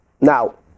Now